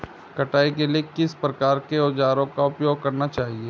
कटाई के लिए किस प्रकार के औज़ारों का उपयोग करना चाहिए?